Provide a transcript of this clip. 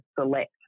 select